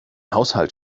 haushalt